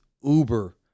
uber